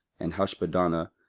and hashbadana,